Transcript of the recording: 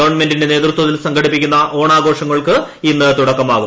ഗവൺമെന്റിന്റെ നേതൃത്വത്തിൽ സംഘടിപ്പിക്കുന്ന ഓണഘോഷങ്ങൾക്ക് ഇന്ന് തുടക്കമാകും